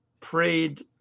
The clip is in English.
prayed